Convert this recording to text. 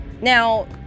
now